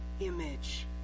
image